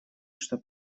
что